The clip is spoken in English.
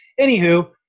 Anywho